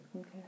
Okay